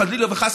חלילה וחס,